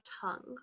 tongue